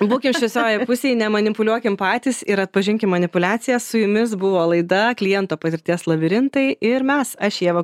būkim šviesiojoj pusėj nemanipuliuokim patys ir atpažinkime manipuliaciją su jumis buvo laida kliento patirties labirintai ir mes aš ieva